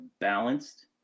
balanced